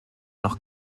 noch